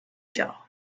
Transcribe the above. jar